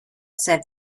said